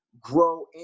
grow